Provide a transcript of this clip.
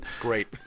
Great